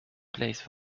plays